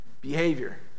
behavior